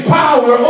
power